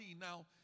Now